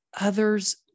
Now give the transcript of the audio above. others